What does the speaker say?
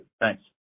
Thanks